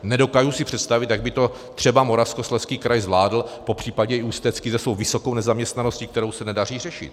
Nedokážu si představit, jak by to třeba Moravskoslezský kraj zvládl, popřípadě i Ústecký se svou vysokou nezaměstnaností, kterou se nedaří řešit.